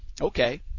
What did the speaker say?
okay